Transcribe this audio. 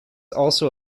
also